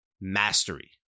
Mastery